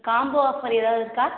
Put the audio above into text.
combo offer எதாவது இருக்கா